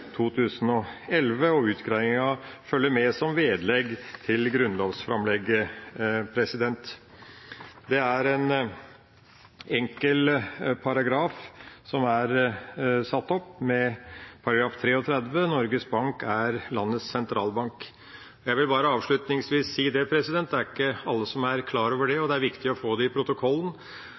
2011. Utgreiinga følger med som vedlegg til grunnlovsframlegget. Det er en enkel paragraf som er satt opp med § 33: «Norges Bank er landets sentralbank.» Jeg vil bare avslutningsvis si – det er ikke alle som er klar over det, og det er viktig å få det i protokollen